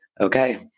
okay